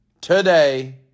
today